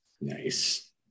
Nice